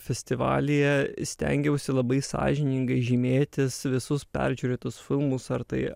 festivalyje stengiausi labai sąžiningai žymėtis visus peržiūrėtus filmus ar tai